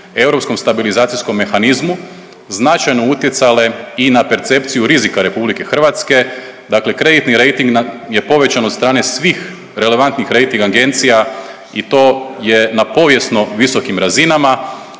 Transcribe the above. europskom stabilizacijskom mehanizmu značajno utjecale i na percepciju rizika RH dakle kreditni rejting nam je povećan od strane svih relevantnih kreditnih agencija i to je na povijesno visokim razinama.